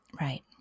right